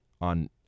on